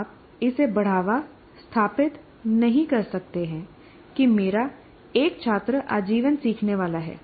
आप इसे बढ़ावास्थापित नहीं कर सकते कि मेरा एक छात्र आजीवन सीखने वाला है